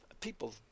People